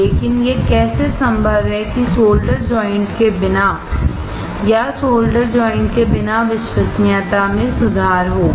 लेकिन यह कैसे संभव है कि सोल्डर ज्वाइंट के बिना या सोल्डर ज्वाइंट के बिना विश्वसनीयता में सुधार होगा